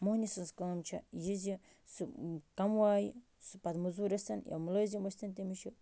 مہٕنِوِ سٕنٛز کٲم چھِ یہِ زِ سُہ کَمایہِ سُہ پَتہٕ موٚزوٗرۍ ٲسۍ تَن یا مُلٲزِم ٲسۍ تَن تٔمِس چھِ